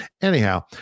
Anyhow